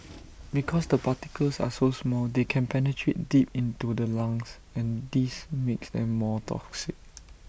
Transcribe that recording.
because the particles are so small they can penetrate deep into the lungs and this makes them more toxic